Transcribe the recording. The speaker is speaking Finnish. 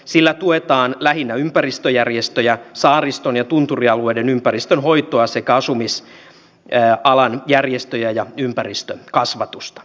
sillä tuetaan lähinnä ympäristöjärjestöjä saariston ja tunturialueiden ympäristönhoitoa sekä asumisalan järjestöjä ja ympäristökasvatusta